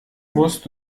musst